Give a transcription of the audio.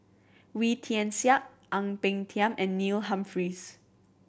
Wee Tian Siak Ang Peng Tiam and Neil Humphreys